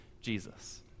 Jesus